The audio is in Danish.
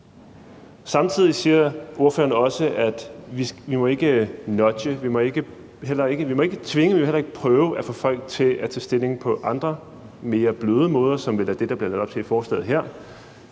Samtidig siger ordføreren også, at vi ikke må nudge. Vi må ikke tvinge, men vi må heller ikke prøve at få folk til at tage stilling på andre mere bløde måder, som vel er det, der bliver lagt op til i forslaget her.